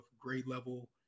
grade-level